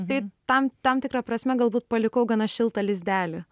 tai tam tam tikra prasme galbūt paliko gana šiltą lizdelį